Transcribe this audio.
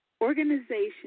Organization